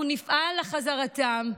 אנחנו נפעל לחזרתם.